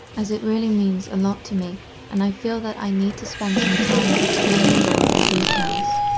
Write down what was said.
as it really means a lot to me and i feel that i need to spend some time explaining all of the details.